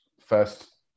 first